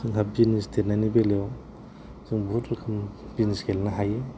जोंहा बिजनेस देरनायनि बेलायाव जों बहुथ रोखोम बिजनेस गेलेनो हायो